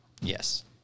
Yes